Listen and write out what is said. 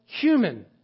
human